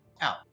out